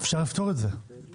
אפשר לפתור את זה טכנית.